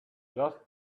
just